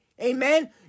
Amen